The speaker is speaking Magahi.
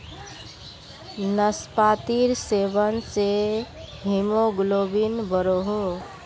नास्पातिर सेवन से हीमोग्लोबिन बढ़ोह